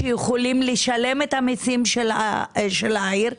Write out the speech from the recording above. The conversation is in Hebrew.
שיכולים לשלם מסים לעיר,